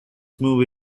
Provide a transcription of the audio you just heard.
movie